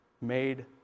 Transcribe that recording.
made